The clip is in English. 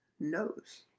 knows